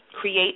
Create